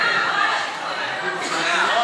אני אעשה את זה קצר.